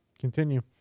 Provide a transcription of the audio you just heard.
Continue